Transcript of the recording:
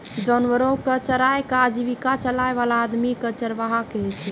जानवरो कॅ चराय कॅ आजीविका चलाय वाला आदमी कॅ चरवाहा कहै छै